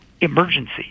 emergency